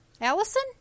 allison